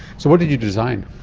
so what did you design?